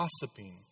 gossiping